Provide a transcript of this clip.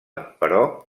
però